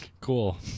Cool